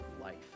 life